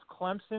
Clemson